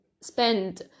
spend